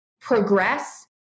progress